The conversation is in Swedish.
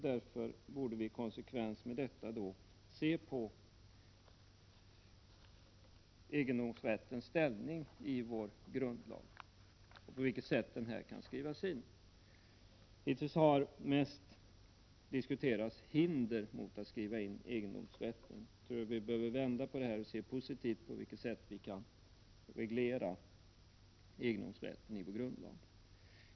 Därför borde vi i konsekvens härmed se över egendomsrättens ställning i vår grundlag och på vilket sätt den rätten kan skrivas in. Hittills har man mest diskuterat hinder mot att skriva in egendomsrätten. Jag tror att vi behöver vända på diskussionen och i stället se positivt på hur vi kan reglera egendomsrätten i vår grundlag.